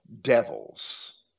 devils